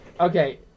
Okay